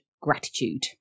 gratitude